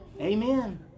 amen